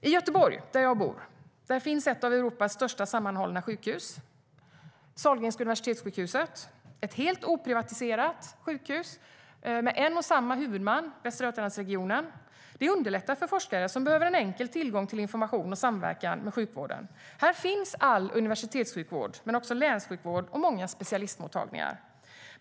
I Göteborg, där jag bor, finns ett av Europas största sammanhållna sjukhus, Sahlgrenska Universitetssjukhuset. Det är ett helt oprivatiserat sjukhus med en och samma huvudman: Västra Götalandsregionen. Det underlättar för forskare som behöver en enkel tillgång till information och samverkan med sjukvården. Här finns all universitetssjukvård men också länssjukvård och många specialistmottagningar.